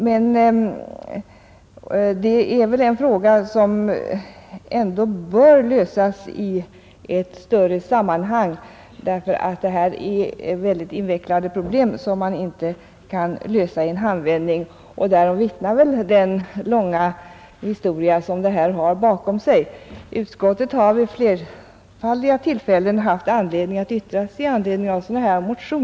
Men detta är väl ändå en fråga som bör noggrant övervägas. Det gäller här mycket invecklade problem som inte kan lösas i en handvändning. Därom vittnar den långa historia som denna fråga har bakom sig. Utskottet har vid flerfaldiga tillfällen haft anledning att yttra sig över motioner i detta syfte.